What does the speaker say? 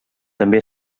també